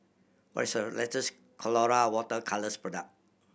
what is the latest Colora Water Colours product